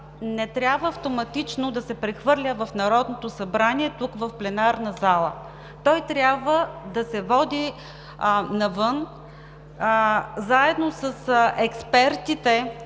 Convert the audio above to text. не трябва автоматично да се прехвърля в Народното събрание – тук, в пленарната зала. Той трябва да се води навън заедно с експертите